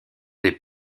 des